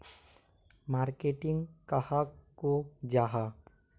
Marketing कहाक को जाहा?